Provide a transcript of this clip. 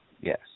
Yes